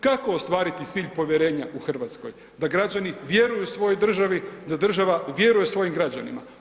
Kako ostvariti cilj povjerenja u Hrvatskoj da građani vjeruju svojoj državi, da država vjeruje svojim građanima?